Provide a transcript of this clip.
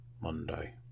Monday